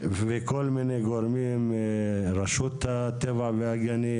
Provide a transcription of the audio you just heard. וכל מיני גורמים, רשות הטבע והגנים,